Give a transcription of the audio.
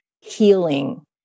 healing